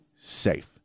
safe